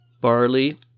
barley